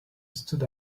stood